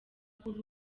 kuri